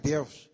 Deus